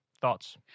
Thoughts